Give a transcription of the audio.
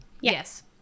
Yes